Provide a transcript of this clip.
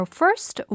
first